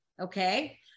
Okay